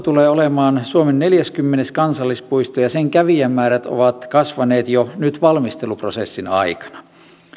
tulee olemaan suomen neljäskymmenes kansallispuisto ja sen kävijämäärät ovat kasvaneet jo nyt valmisteluprosessin aikana